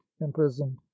imprisoned